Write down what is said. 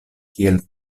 kiel